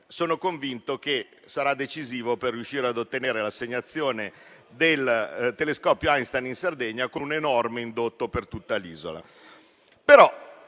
in questo caso sarà decisivo per riuscire a ottenere l'assegnazione del telescopio Einstein in Sardegna, con un enorme indotto per tutta l'isola.